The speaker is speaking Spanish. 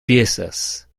piezas